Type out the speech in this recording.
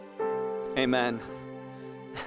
amen